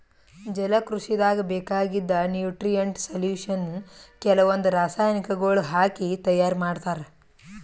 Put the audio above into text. ಜಲಕೃಷಿದಾಗ್ ಬೇಕಾಗಿದ್ದ್ nutrient solution ಕೆಲವಂದ್ ರಾಸಾಯನಿಕಗೊಳ್ ಹಾಕಿ ತೈಯಾರ್ ಮಾಡ್ತರ್